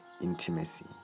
Intimacy